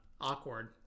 awkward